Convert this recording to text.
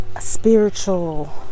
spiritual